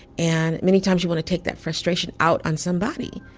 and many times you want to take that frustration out on somebody.